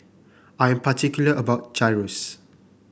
I am particular about Gyros